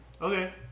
Okay